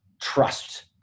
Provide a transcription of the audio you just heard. trust